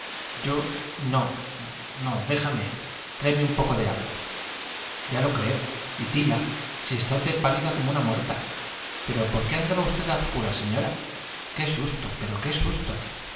yo no no déjame tráeme un poco de agua ya lo creo y tila si está usted pálida como una muerta pero por qué andaba usted a obscuras señora qué susto pero qué susto